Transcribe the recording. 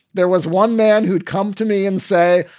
there was one man who'd come to me and say,